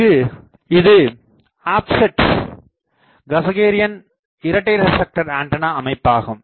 இங்கு இது offset Cassegrain இரட்டை ரிப்லெக்டர் ஆண்டனா அமைப்பாகும்